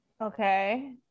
Okay